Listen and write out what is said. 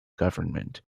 government